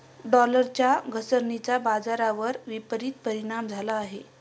डॉलरच्या घसरणीचा बाजारावर विपरीत परिणाम झाला आहे